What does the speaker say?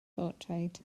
bortread